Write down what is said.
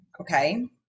Okay